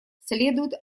следует